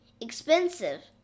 Expensive